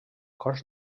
cos